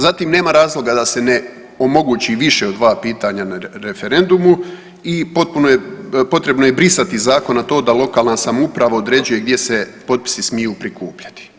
Zatim nema razloga da se ne omogući više od dva pitanja na referendumu i potpuno je, potrebno je brisati zakon na to da lokalna samouprava određuje gdje se potpisi smiju prikupljati.